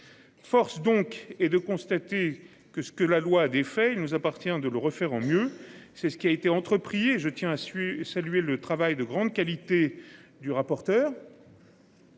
Force donc est de constater que ce que la loi a défait, il nous appartient de le refaire en mieux, c'est ce qui a été entrepris et je tiens à su saluer le travail de grande qualité du rapporteur.